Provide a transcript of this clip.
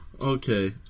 okay